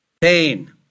pain